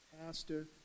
pastor